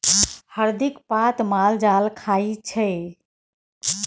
हरदिक पात माल जाल खाइ छै